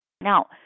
Now